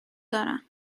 دارم